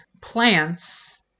Plants